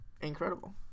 incredible